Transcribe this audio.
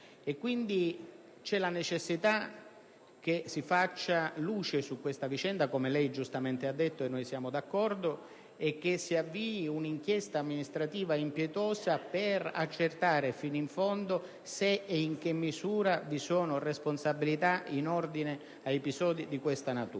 e quant'altro. È necessario far luce su questa vicenda - come lei giustamente ha detto, e noi siamo d'accordo - e avviare un'inchiesta amministrativa impietosa, per accertare fino in fondo se e in che misura vi siano responsabilità in ordine a episodi di questa natura.